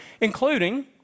including